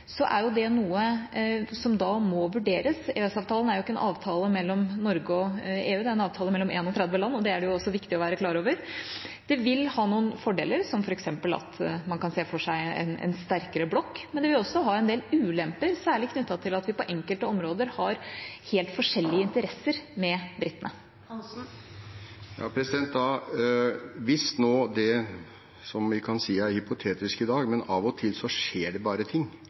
er det noe som da må vurderes. EØS-avtalen er ikke en avtale mellom Norge og EU. Det er en avtale mellom 31 land, og det er det også viktig å være klar over. Det vil ha noen fordeler, som f.eks. at man kan se for seg en sterkere blokk, men det vil også ha en del ulemper, særlig knyttet til at vi på enkelte områder har helt forskjellige interesser fra britene. Hvis nå det skulle skje – som vi kan si er hypotetisk i dag, men av og til skjer det bare ting,